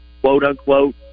quote-unquote